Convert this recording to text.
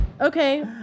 Okay